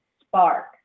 spark